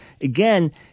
again